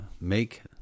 make